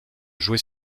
jouer